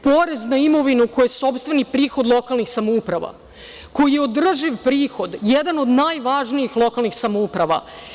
Porez na imovinu koji sopstveni prihod lokalnih samouprava, koji je održiv prihod, jedan od najvažnijih lokalnih samouprava.